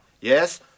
Yes